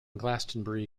glastonbury